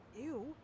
Ew